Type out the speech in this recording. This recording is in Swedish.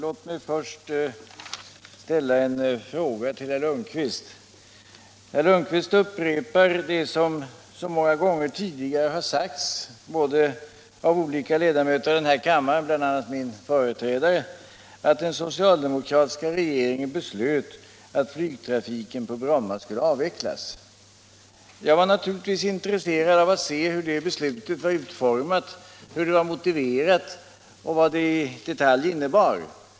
Herr talman! Herr Lundkvist upprepar det som så många gånger tidigare har sagts av olika ledamöter i denna kammare, bl.a. min företrädare, att den socialdemokratiska regeringen beslöt att flygtrafiken på Bromma skulle avvecklas. Jag var naturligtvis intresserad av att se hur det beslutet var utformat, hur det var motiverat och vad det i detalj innebar.